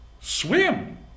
Swim